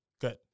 Good